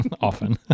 often